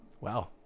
Wow